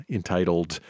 entitled